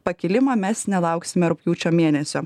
pakilimą mes nelauksime rugpjūčio mėnesio